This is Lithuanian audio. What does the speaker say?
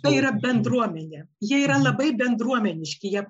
tai yra bendruomenė jie yra labai bendruomeniški jie